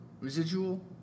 Residual